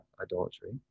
idolatry